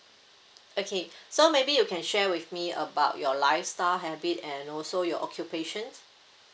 okay so maybe you can share with me about your lifestyle habit and also your occupation